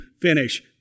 finish